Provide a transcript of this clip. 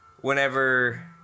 whenever